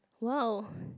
!woah!